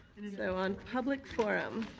so on public forum.